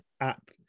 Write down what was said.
app